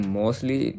mostly